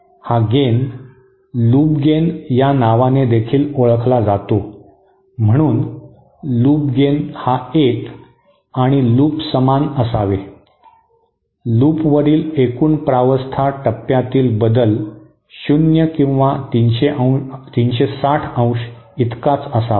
हा gain loop gain या नावानेदेखील ओळखला जातो म्हणजे लूप गेन हा एक आणि लूप समान असावे लूपवरील एकूण प्रावस्था टप्प्यातील बदल शून्य किंवा 360 अंश इतकाच असावा